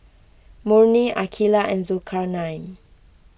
Murni Aqeelah and Zulkarnain